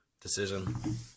decision